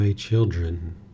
children